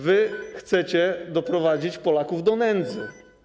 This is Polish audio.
Wy chcecie doprowadzić Polaków do nędzy.